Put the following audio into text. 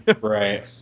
Right